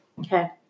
Okay